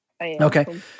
okay